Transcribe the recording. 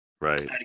Right